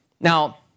Now